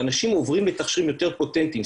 ואנשים עוברים לתכשירים יותר פוטנטים,